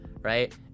right